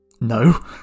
No